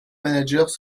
managers